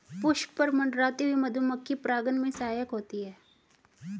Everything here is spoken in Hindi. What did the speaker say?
पुष्प पर मंडराती हुई मधुमक्खी परागन में सहायक होती है